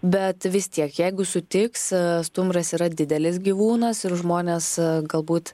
bet vis tiek jeigu sutiks stumbras yra didelis gyvūnas ir žmonės galbūt